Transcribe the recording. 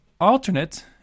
alternate